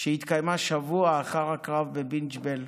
שהתקיימה שבוע אחרי הקרב בבינת ג'בייל.